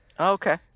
Okay